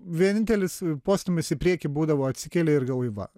vienintelis postūmis į priekį būdavo atsikeli ir galvoji va